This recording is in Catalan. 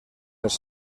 els